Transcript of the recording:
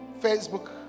Facebook